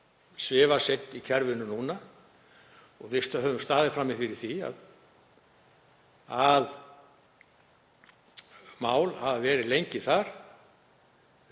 svifaseint núna og við höfum staðið frammi fyrir því að mál hafi verið lengi þar,